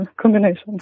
combination